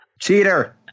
Cheater